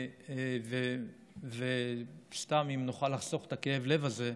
אם נוכל לחסוך את כאב הלב הזה,